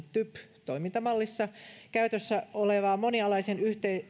typ toimintamallissa käytössä olevaa monialaisen